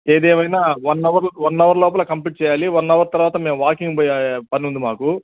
ఏది ఏమైన్న వన్ అవర్లో వన్ అవర్ లోపల కంప్లీట్ చేయాలి వన్ అవర్ తర్వాత మేం వాకింగ్ పోయే పని ఉంది మాకు